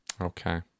Okay